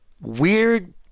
weird